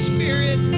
Spirit